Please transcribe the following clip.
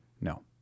No